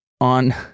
on